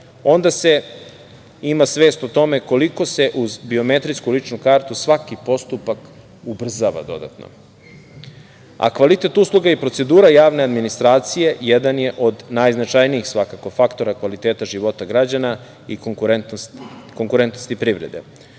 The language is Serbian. onda se ima svest o tome, koliko se uz biometrijsku ličnu kartu, svaki postupak ubrzava dodatno. Kvalitet usluga i procedura javne administracije, jedan je od najznačajnijih faktora kvaliteta života građana, i konkurentnosti privrede. Do